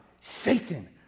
Satan